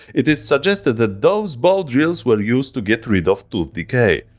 it is suggested that those bow drills were used to get rid of tooth decay.